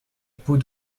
peau